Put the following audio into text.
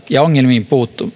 ja ongelmiin